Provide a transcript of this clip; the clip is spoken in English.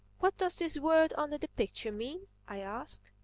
what does this word under the picture mean? i asked.